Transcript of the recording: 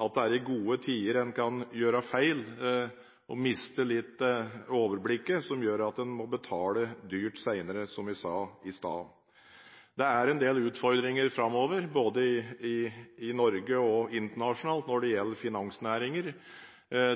at det er i gode tider en kan gjøre feil og miste litt overblikket – noe som gjør at en må betale dyrt senere, som vi sa i stad. Det er en del utfordringer framover, både i Norge og internasjonalt, når det gjelder finansnæringer.